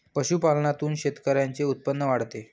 पशुपालनातून शेतकऱ्यांचे उत्पन्न वाढते